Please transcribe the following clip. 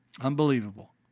Unbelievable